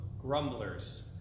grumblers